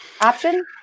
option